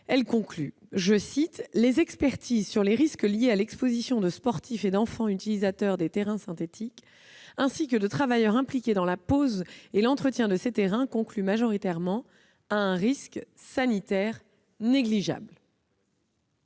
2018, conclut :« les expertises sur les risques liés à l'exposition de sportifs et d'enfants utilisateurs des terrains synthétiques, ainsi que de travailleurs impliqués dans la pose et l'entretien de ces terrains concluent majoritairement à un risque sanitaire négligeable ».